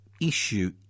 issue